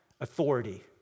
authority